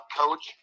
coach